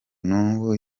nubu